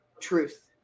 truth